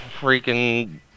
freaking